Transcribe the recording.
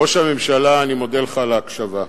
ראש הממשלה, אני מודה לך על ההקשבה.